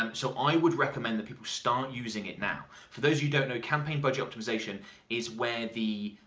um so i would recommend that people start using it now. for those who don't know, campaign budget optimization is where the,